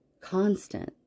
constant